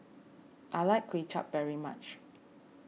I like Kuay Chap very much